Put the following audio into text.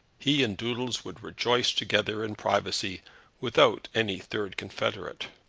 he and doodles would rejoice together in privacy without any third confederate.